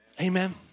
Amen